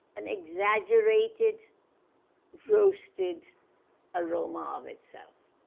an exaggerated roasted aroma of itself.